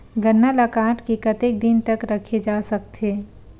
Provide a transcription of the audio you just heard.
गन्ना ल काट के कतेक दिन तक रखे जा सकथे?